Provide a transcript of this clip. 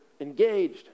engaged